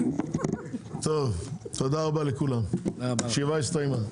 טוב, תודה רבה לכולם, הישיבה הסתיימה.